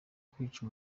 kwica